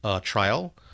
trial